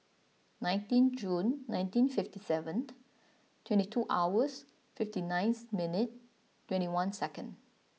nineteen June nineteen fifty seventh twenty two hours fifty ninth minutes twenty one seconds